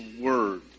word